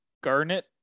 garnet